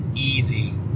easy